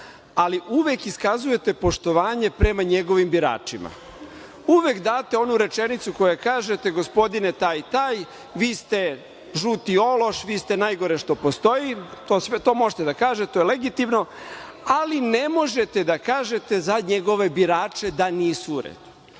ali uvek iskazujete poštovanje prema njegovim biračima. Uvek date onu rečenicu kojom kažete - gospodine taj i taj, vi ste žuti ološ, vi ste najgore što postoji, to možete da kažete legitimno, ali ne možete da kažete za njegove birače da nisu u redu.